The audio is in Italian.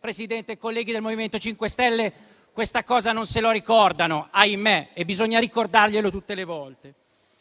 Presidente, i colleghi del MoVimento 5 Stelle questa cosa non se la ricordano - ahimè - e bisogna ricordargliela tutte le volte.